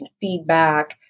feedback